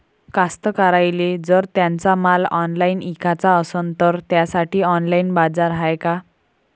कास्तकाराइले जर त्यांचा माल ऑनलाइन इकाचा असन तर त्यासाठी ऑनलाइन बाजार हाय का?